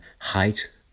height